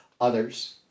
others